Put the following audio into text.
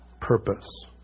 purpose